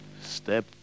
step